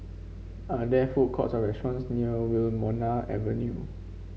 are there food courts or restaurants near Wilmonar Avenue